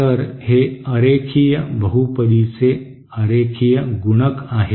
तर हे अरेखीय बहुपदीचे अरेखीय गुणक आहेत